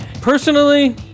personally